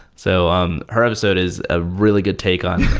so um her episode is a really good take on.